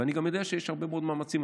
ואני גם יודע שיש הרבה מאוד מאמצים.